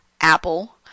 Apple